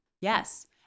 Yes